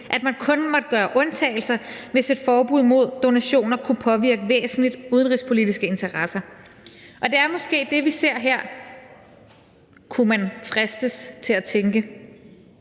at man kun måtte gøre undtagelser, hvis et forbud mod donationer væsentligt kunne påvirke udenrigspolitiske interesser. Det er måske det, vi ser her, kunne man fristes til at tænke.